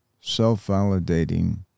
self-validating